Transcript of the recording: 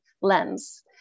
lens